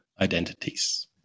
identities